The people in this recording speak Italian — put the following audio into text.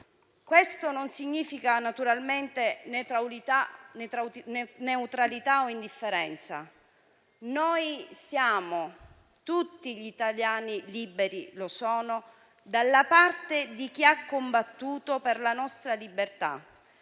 Questo non significa naturalmente neutralità o indifferenza. Noi siamo - tutti gli italiani liberi lo sono - dalla parte di chi ha combattuto per la nostra libertà,